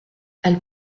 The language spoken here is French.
elle